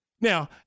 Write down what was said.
Now